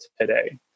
today